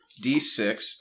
D6